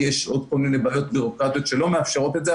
כי יש עוד כל מיני בעיות ביורוקרטיות שלא מאפשרות את זה.